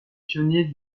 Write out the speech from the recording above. pionniers